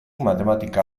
matematika